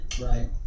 Right